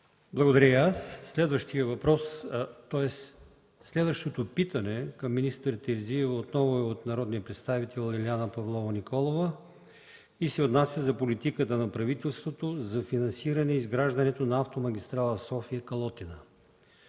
Благодаря и аз. Следващото питане към министър Терзиева отново е от народния представител Лиляна Павлова Николова и се отнася за политиката на правителството за финансиране изграждането на автомагистрала „София – Калотина”.